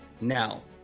now